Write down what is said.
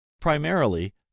Primarily